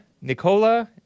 Nicola